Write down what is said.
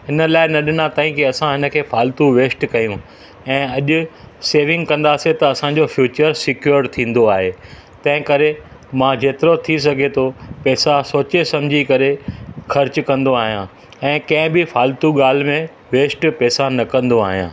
हिन लाइ न ॾिना अथईं की असां हिनखें फाल्तू वेस्ट कयूं ऐं अॼु सेविंग कंदासीं त असांजो फ्यूचर सिक्योर थींदो आहे तहिं करे मां जेतिरो थी सघे थो पेसा सोचे सम्झी करे ख़र्चु कंदो आहियां ऐं कहिं बि फ़ाल्तू ॻाल्हि में वेस्ट पेसा न कंदो आहियां